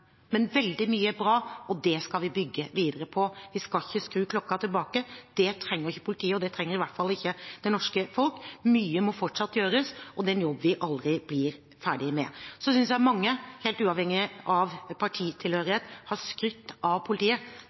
Men veldig mye er bra, og det skal vi bygge videre på. Vi skal ikke skru klokken tilbake. Det trenger ikke politiet, og det trenger i hvert fall ikke det norske folk. Mye må fortsatt gjøres, og det er en jobb vi aldri blir ferdig med. Mange, helt uavhengig av partitilhørighet, har skrytt av politiet.